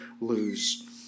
lose